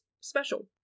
special